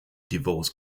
divorce